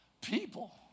people